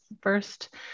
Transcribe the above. first